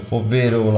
ovvero